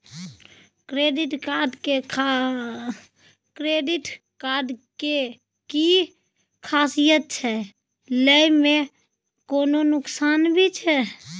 Credit card के कि खासियत छै, लय में कोनो नुकसान भी छै?